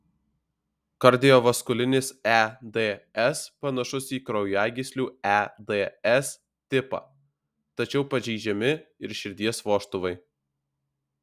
kardiovaskulinis eds panašus į kraujagyslių eds tipą tačiau pažeidžiami ir širdies vožtuvai